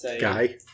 Guy